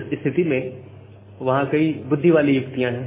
उस स्थिति में वहां कई बुद्धि वाली युक्तियां है